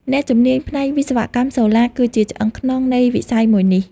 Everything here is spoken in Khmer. អ្នកជំនាញផ្នែកវិស្វកម្មសូឡា គឺជាឆ្អឹងខ្នងនៃវិស័យមួយនេះ។